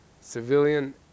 civilian